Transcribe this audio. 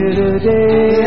today